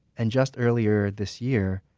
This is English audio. and just earlier this year,